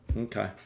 Okay